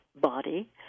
body